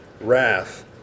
wrath